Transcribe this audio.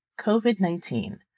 COVID-19